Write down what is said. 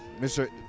Mr